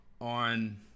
on